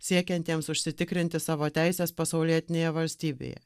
siekiantiems užsitikrinti savo teises pasaulietinėje valstybėje